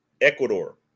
Ecuador